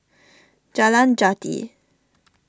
Jalan Jati